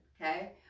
okay